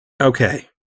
Okay